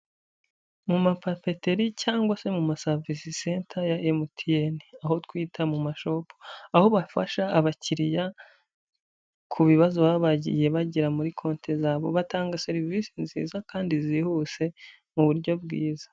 Mu mapapeteri cyangwa se mu masavizi senta ya MTN, aho twita mu mashopu. Aho bafasha abakiriya ku bibazo baba bagiye bagera muri konti zabo, batanga serivisi nziza kandi zihuse mu buryo bwiza.